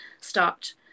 stopped